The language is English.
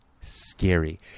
scary